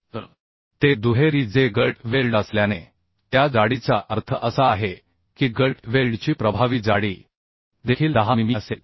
तर ते दुहेरी जे गट वेल्ड असल्याने त्या जाडीचा अर्थ असा आहे की गट वेल्डची प्रभावी जाडी देखील 10 मिमी असेल